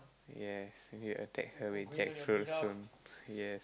yes when you attack her with jackfruit soon yes